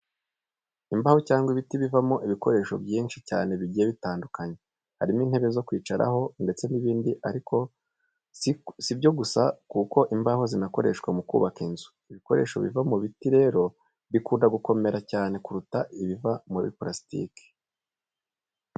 Imbaho cyangwa ibiti bivamo ibikoresho byinshi cyane bigiye bitandukanye, harimo intebe zo kwicaraho ndetse n'ibindi ariko si ibyo gusa kuko imbaho zinakoreshwa mu kubaka inzu. Ibikoresho biva mu biti rero bikunda gukomera cyane kuruta ibiva muri parasitike.